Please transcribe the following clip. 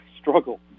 struggle